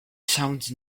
sounds